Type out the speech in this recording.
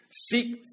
seek